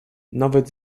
nawet